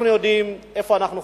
אנחנו יודעים איפה אנחנו חיים,